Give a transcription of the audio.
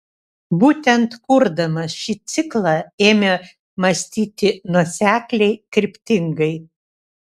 būtent kurdamas šį ciklą ėmė mąstyti nuosekliai kryptingai